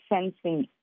sensing